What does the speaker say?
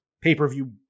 pay-per-view